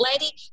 lady